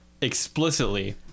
explicitly